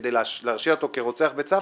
כדי להרשיע אותו כרוצח בצוותא,